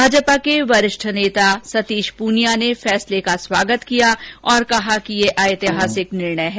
भाजपा के वरिष्ठ नेता सतीश पूनिया ने फैसले का स्वागत किया और कहा कि यह ऐतिहासिक निर्णय है